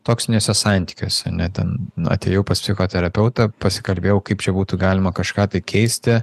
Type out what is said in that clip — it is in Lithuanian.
toksiniuose santykiuose ne ten atėjau pas psichoterapeutą pasikalbėjau kaip čia būtų galima kažką tai keisti